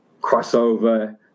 crossover